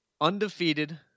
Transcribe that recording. Undefeated